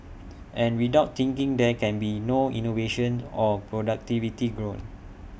and without thinking there can be no innovation or productivity growing